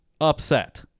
upset